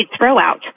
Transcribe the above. throwout